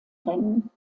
rennen